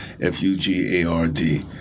F-U-G-A-R-D